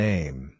Name